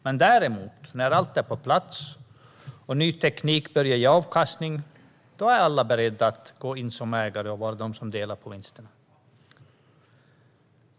När däremot allt är på plats och ny teknik börjar ge avkastning är alla beredda att gå in som ägare och vara de som delar på vinsterna.